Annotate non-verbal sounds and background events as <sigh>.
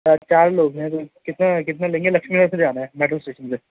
ہاں چار لوگ ہیں <unintelligible> کتنا کتنا لیں گے لکشمی نگر سے جانا ہے میٹرو اسٹیسن سے